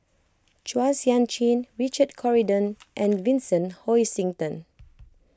Chua Sian Chin Richard Corridon and Vincent Hoisington